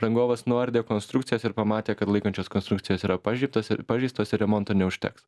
rangovas nuardė konstrukcijas ir pamatė kad laikančios konstrukcijos yra pažeisto pažeistos ir remonto neužteks